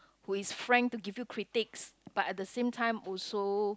who is frank to give you critics but at the same time also